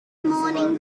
morning